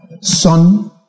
son